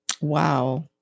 Wow